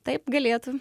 taip galėtų